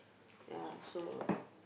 ya so